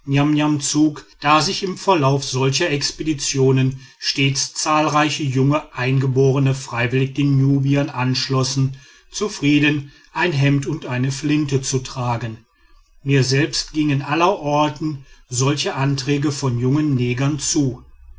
da sich im verlauf solcher expeditionen stets zahlreiche junge eingeborene freiwillig den nubiern anschlossen zufrieden ein hemd und eine flinte zu tragen mir selbst gingen allerorten solche anträge von jungen negern zu